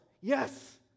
yes